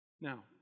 Now